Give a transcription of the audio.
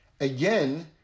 again